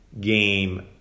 game